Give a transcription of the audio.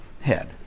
head